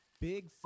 Big